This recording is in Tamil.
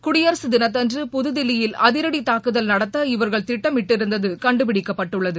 குடியரசுத் தினத்தன்று புதுதில்லியில் அதிரடி தாக்குதல் நடத்த இவர்கள் திட்டமிட்டிருந்தது கண்டுபிடிக்கப்பட்டுள்ளது